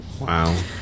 Wow